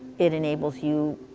it enables you